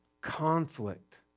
conflict